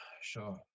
sure